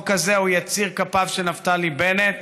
למרות, החוק הזה הוא יציר כפיו של נפתלי בנט.